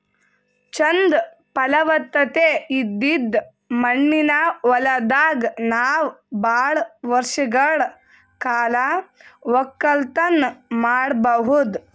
ಚಂದ್ ಫಲವತ್ತತೆ ಇದ್ದಿದ್ ಮಣ್ಣಿನ ಹೊಲದಾಗ್ ನಾವ್ ಭಾಳ್ ವರ್ಷಗಳ್ ಕಾಲ ವಕ್ಕಲತನ್ ಮಾಡಬಹುದ್